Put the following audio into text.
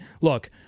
Look